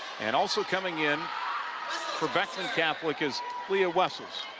and also coming in for beckman catholic is leah wessels.